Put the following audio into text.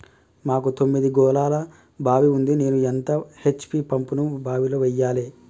మాకు తొమ్మిది గోళాల బావి ఉంది నేను ఎంత హెచ్.పి పంపును బావిలో వెయ్యాలే?